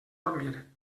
dormir